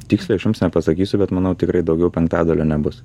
tiksliai aš jums nepasakysiu bet manau tikrai daugiau penktadalio nebus